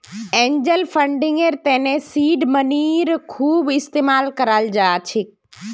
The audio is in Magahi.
एंजल फंडिंगर तने सीड मनीर खूब इस्तमाल कराल जा छेक